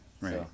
Right